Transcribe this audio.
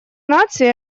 наций